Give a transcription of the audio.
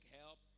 help